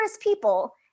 people